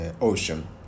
ocean